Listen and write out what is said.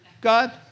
God